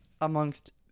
amongst